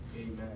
Amen